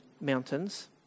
mountains